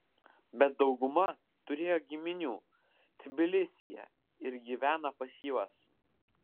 bet dauguma turėjo giminių tbilisyje ir gyvena pas juos